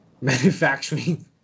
manufacturing